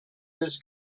this